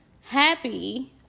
happy